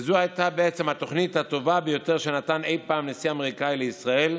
וזו הייתה בעצם התוכנית הטובה ביותר שנתן אי פעם נשיא אמריקני לישראל,